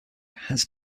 has